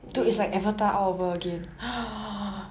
green